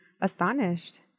astonished